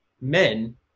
men